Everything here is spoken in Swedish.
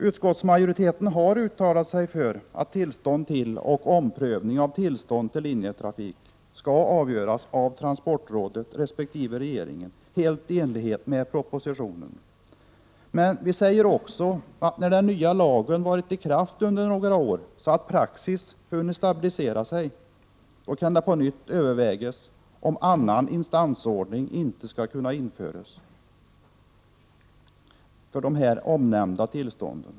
Utskottsmajoriteten har uttalat sig för att tillstånd till och omprövning av tillstånd till linjetrafik skall avgöras av transportrådet resp. regeringen, helt i enlighet med propositionen. Vi säger också att när den nya lagen varit i kraft under några år så att praxis hunnit stabilisera sig, kan det på nytt övervägas om annan instansordning inte skall kunna införas för de nu omnämnda tillstånden.